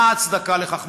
מה ההצדקה לכך,